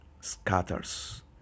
scatters